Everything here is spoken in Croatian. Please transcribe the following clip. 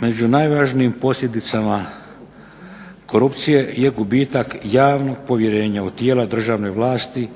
Među najvažnijim posljedicama korupcije je gubitak javnog povjerenja u tijela državne vlasti